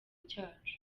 cyacu